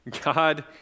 God